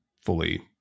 fully